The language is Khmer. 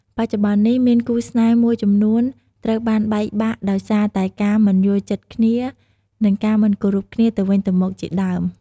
បច្ចុប្បន្ននេះមានគូរស្នេហ៍មួយចំនួនត្រូវបានបែកបាក់ដោយសារតែការមិនយល់ចិត្តគ្នា និងការមិនគោរពគ្នាទៅវិញទៅមកជាដើម។